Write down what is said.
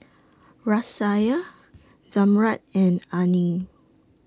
Raisya Zamrud and Aina